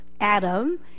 adam